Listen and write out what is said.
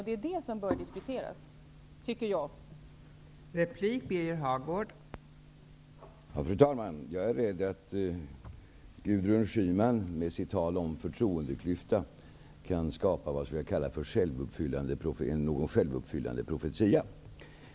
Det är de som bör diskuteras, tycker jag.